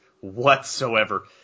whatsoever